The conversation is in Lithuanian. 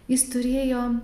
jis turėjo